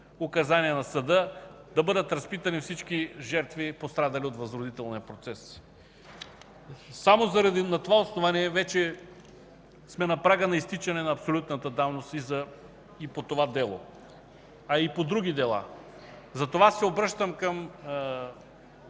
указания на съда – да бъдат разпитани всички жертви, пострадали от възродителния процес. Само на това основание вече сме на прага на изтичане на абсолютната давност и по това дело, а и по други дела. Обръщам се